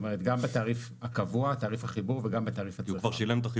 בתעריף הקבוע שהוא תעריף החיבור וגם בתעריף הצריכה.